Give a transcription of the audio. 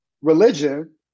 religion